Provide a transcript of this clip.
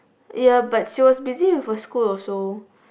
ya but she was busy with her school also